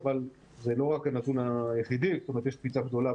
אין הבדל בין א' לו', אין הבדל.